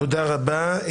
תודה רבה.